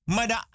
Mada